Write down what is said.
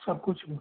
सब कुछ है